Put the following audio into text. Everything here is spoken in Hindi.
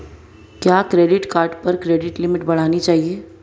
क्या क्रेडिट कार्ड पर क्रेडिट लिमिट बढ़ानी चाहिए?